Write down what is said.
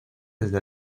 desde